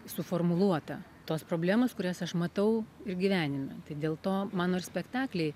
suformuluota tos problemos kurias aš matau ir gyvenime tai dėl to mano ir spektakliai